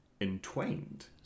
entwined